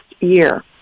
year